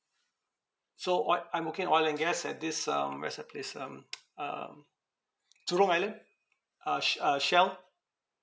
so oi~ I'm working in oil and gas at this um where's the place um um jurong island uh sh~ uh shell